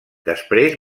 després